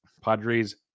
Padres